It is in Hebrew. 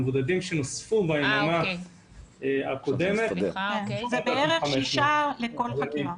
המבודדים שנוספו ביממה הקודמת הם 7,500. זה בערך שישה לכל חקירה.